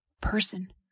person